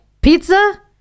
pizza